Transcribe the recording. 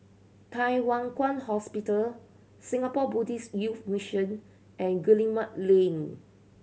Thye Hua Kwan Hospital Singapore Buddhist Youth Mission and Guillemard Lane